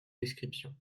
descriptions